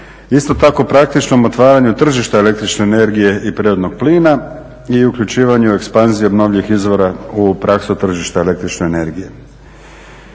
Isto tako praktičnom otvaranju tržišta električne energije i prirodnog plina, i uključivanju ekspanzije obnovljivih izvora u praksu tržišta električne energije.